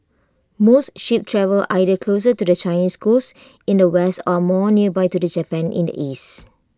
most ships travel either closer to the Chinese coast in the west or more nearby to Japan in the east